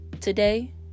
today